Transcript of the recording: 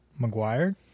McGuire